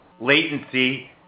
latency